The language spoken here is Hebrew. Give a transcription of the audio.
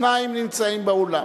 שניים נמצאים באולם.